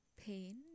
pain